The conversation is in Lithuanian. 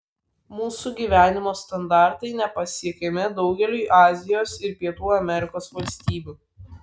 mūsų gyvenimo standartai nepasiekiami daugeliui azijos ir pietų amerikos valstybių